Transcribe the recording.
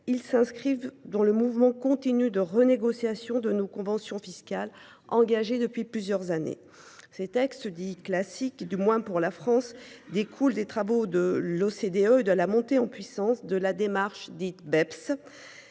Ils s’inscrivent dans le mouvement continu de renégociation de nos conventions fiscales, engagé depuis plusieurs années. Ces textes classiques, du moins pour la France, découlent des travaux de l’OCDE et de la montée en puissance de la démarche dite Beps